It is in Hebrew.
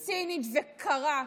היא צינית וקרה,